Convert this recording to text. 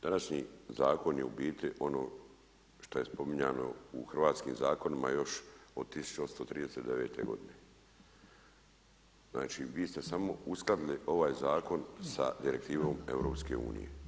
Današnji zakon je u biti ono što je spominjano u hrvatskim zakonima još od 1839. godine, znači vi ste samo uskladili ovaj zakon sa direktivom EU.